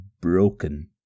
broken